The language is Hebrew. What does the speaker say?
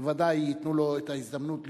בוודאי ייתנו לו את ההזדמנות לשמוע,